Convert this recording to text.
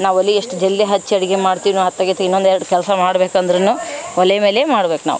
ನಾವಲ್ಲಿ ಎಷ್ಟು ಜಲ್ದಿ ಹಚ್ಚಿ ಅಡಿಗೆ ಮಾಡ್ತಿದ್ವೋ ಅತ್ತಗಿತ್ತ ಇನ್ನೊಂದು ಎರಡು ಕೆಲಸ ಮಾಡಬೇಕಂದ್ರು ಒಲೆ ಮೇಲೆ ಮಾಡ್ಬೇಕು ನಾವು